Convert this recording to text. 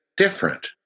Different